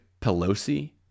Pelosi